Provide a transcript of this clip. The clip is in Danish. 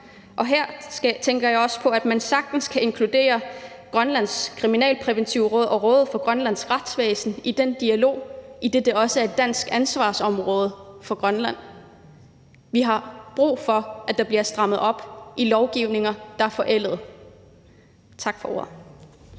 og her tænker jeg også på, at man sagtens kan inkludere Det Grønlandske Kriminalpræventive Råd og Rådet for Grønlands Retsvæsen i den dialog, idet det også er et dansk ansvarsområde for Grønland. Vi har brug for, at der bliver strammet op i lovgivninger, der er forældede. Tak for ordet.